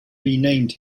renamed